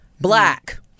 black